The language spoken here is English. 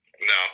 no